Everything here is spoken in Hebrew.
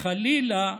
חלילה,